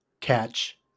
catch